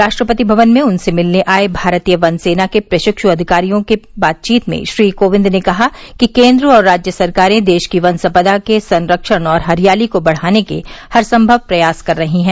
राष्ट्रपति भवन में उनसे मिलने आये भारतीय वन सेना के प्रशिक्व अधिकारियों से बातचीत में श्री कोविंद ने कहा कि केन्द्र और राज्य सरकारें देश की वन सम्पदा के संरक्षण और हरियाली को बढ़ाने के हर संभव प्रयास कर रही हैं